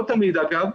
לא תמיד אגב,